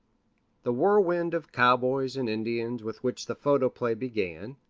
the whirlwind of cowboys and indians with which the photoplay began,